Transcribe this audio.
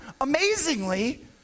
amazingly